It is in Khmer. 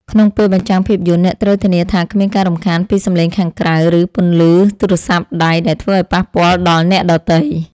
ក្នុងពេលបញ្ចាំងភាពយន្ត អ្នកត្រូវធានាថាគ្មានការរំខានពីសំឡេងខាងក្រៅ ឬពន្លឺទូរស័ព្ទដៃដែលធ្វើឱ្យប៉ះពាល់ដល់អ្នកដទៃ។